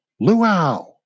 Luau